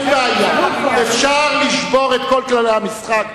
אפשר לשבור את כל כללי המשחק.